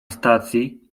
stacji